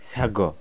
ଶାଗ